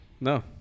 No